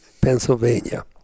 Pennsylvania